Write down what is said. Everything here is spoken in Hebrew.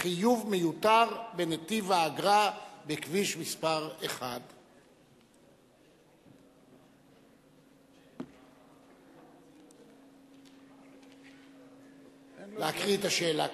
חיוב מיותר בנתיב האגרה בכביש 1. להקריא את השאלה קודם.